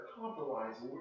compromising